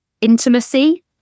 intimacy